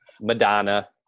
Madonna